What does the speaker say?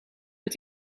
het